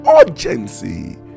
urgency